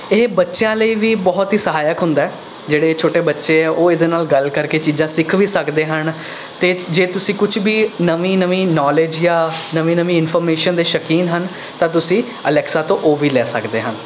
ਇਹ ਬੱਚਿਆਂ ਲਈ ਵੀ ਬਹੁਤ ਹੀ ਸਹਾਇਕ ਹੁੰਦਾ ਹੈ ਜਿਹੜੇ ਛੋਟੇ ਬੱਚੇ ਹੈ ਉਹ ਇਹਦੇ ਨਾਲ਼ ਗੱਲ ਕਰਕੇ ਚੀਜ਼ਾਂ ਸਿੱਖ ਵੀ ਸਕਦੇ ਹਨ ਅਤੇ ਜੇ ਤੁਸੀਂ ਕੁਛ ਵੀ ਨਵੀਂ ਨਵੀਂ ਨੌਲੇਜ ਜਾਂ ਨਵੀਂ ਨਵੀਂ ਇੰਨਫਰਮੇਸ਼ਨ ਦੇ ਸ਼ੌਕੀਨ ਹਨ ਤਾਂ ਤੁਸੀਂ ਅਲੈਕਸਾ ਤੋਂ ਉਹ ਵੀ ਲੈ ਸਕਦੇ ਹਨ